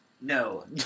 No